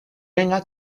اینقدر